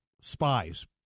spies